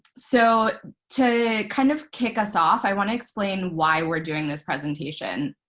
so to kind of kick us off, i want to explain why we're doing this presentation.